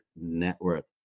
Network